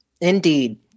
Indeed